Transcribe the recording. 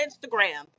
Instagram